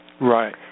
Right